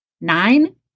nine